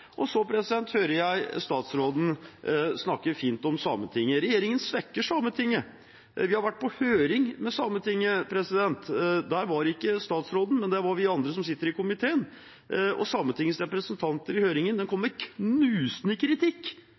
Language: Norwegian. prisstigningen. Så hører jeg statsråden snakke fint om Sametinget. Regjeringen svekker Sametinget. Vi har vært på høring med Sametinget. Der var ikke statsråden, men der var vi andre, vi som sitter i komiteen. Sametingets representanter i høringen kom med knusende kritikk